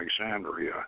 Alexandria